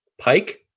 Pike